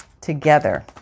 together